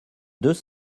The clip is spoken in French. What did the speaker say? deux